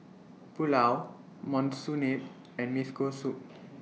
Pulao Monsunabe and Soup